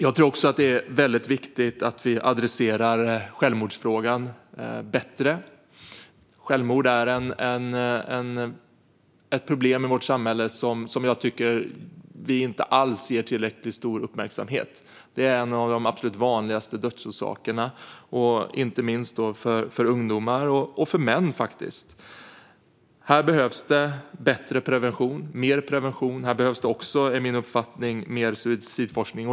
Jag tror också att det är viktigt att vi adresserar självmordsfrågan bättre. Självmord är ett problem i vårt samhälle som jag tycker att vi inte alls ger tillräckligt stor uppmärksamhet. Det är en av de vanligaste dödsorsakerna, inte minst bland ungdomar och bland män. Här behövs det mer och bättre prevention. Det behövs också, enligt min uppfattning, mer suicidforskning.